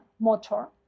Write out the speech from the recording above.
motor